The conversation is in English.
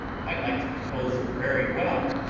i liked the proposal very well,